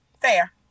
Fair